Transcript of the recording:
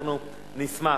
אנחנו נשמח.